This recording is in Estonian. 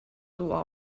tuua